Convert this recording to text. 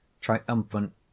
Triumphant